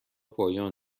پایان